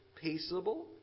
peaceable